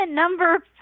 number